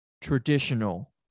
traditional